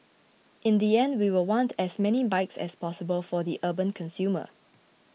in the end we will want as many bikes as possible for the urban consumer